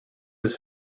his